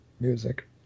music